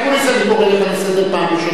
אני קורא אותך לסדר פעם ראשונה.